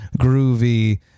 groovy